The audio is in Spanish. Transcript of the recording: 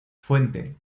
fuente